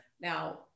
Now